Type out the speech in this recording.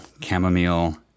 chamomile